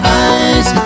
eyes